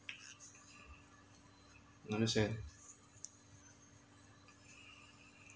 understand